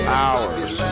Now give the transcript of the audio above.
hours